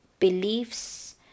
beliefs